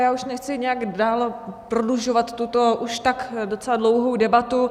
Já už nechci nějak dál prodlužovat tuto už tak docela dlouhou debatu.